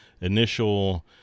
initial